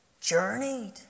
journeyed